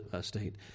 state